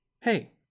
Hey